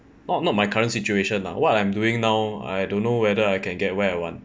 not not my current situation lah what I'm doing now I don't know whether I can get where I want